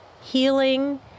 healing